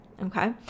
Okay